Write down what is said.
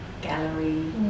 gallery